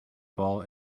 ball